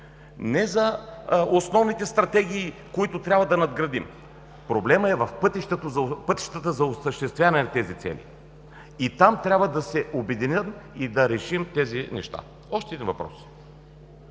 не за основните стратегии, които трябва да надградим. Проблемът е в пътищата за осъществяване на тези цели и там трябва да се обединим, и да решим тези неща. Още един въпрос.